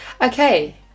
Okay